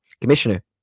commissioner